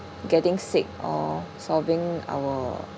getting sick or solving our